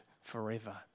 forever